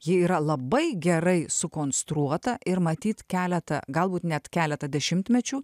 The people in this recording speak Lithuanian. ji yra labai gerai sukonstruota ir matyt keletą galbūt net keleta dešimtmečių